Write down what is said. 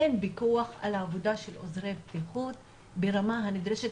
אין פיקוח על העבודה של עוזרי בטיחות ברמה הנדרשת